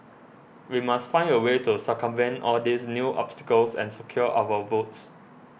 we must find a way to circumvent all these new obstacles and secure our votes